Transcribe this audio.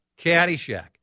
Caddyshack